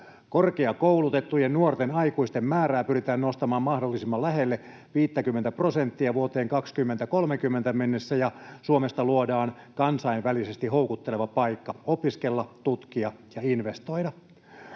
Korkeakoulutettujen nuorten aikuisten määrää pyritään nostamaan mahdollisimman lähelle 50:tä prosenttia vuoteen 2030 mennessä, ja Suomesta luodaan kansainvälisesti houkutteleva paikka opiskella, tutkia ja investoida.